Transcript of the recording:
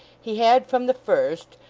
he had from the first,